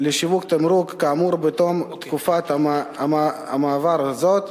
תמרוק כאמור בתום תקופת המעבר הזאת,